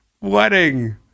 wedding